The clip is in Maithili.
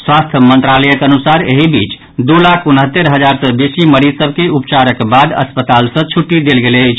स्वास्थ्य मंत्रालयक अनुसार एहि बीच दू लाख उनहत्तरि हजार सँ बेसी मरीज सभ के उपचारक बाद अस्पताल सँ छुट्टी देल गेल अछि